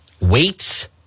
weights